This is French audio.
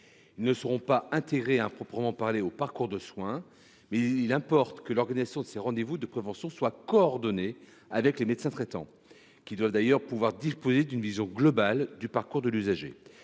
Ils ne seront pas intégrés, à proprement parler, au parcours de soins coordonnés, mais il importe que l’organisation de ces rendez vous de prévention soit réalisée en coordination avec les médecins traitants, qui doivent d’ailleurs disposer d’une vision globale du parcours de l’usager.